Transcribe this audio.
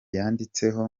yanditseho